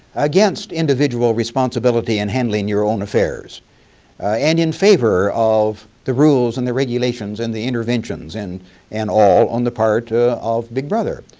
against individual responsibility and handling your own affairs and in favor of the rules and the regulations and the interventions and and all on the part of big brother.